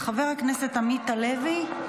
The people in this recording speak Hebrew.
חבר הכנסת עמית הלוי.